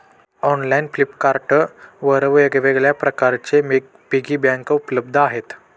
online Flipkart वर वेगवेगळ्या प्रकारचे पिगी बँक उपलब्ध आहेत